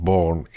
Born